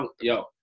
yo